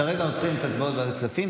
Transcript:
כרגע עוצרים את ההצבעות בוועדת הכספים.